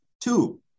Two